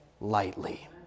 lightly